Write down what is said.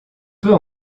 peux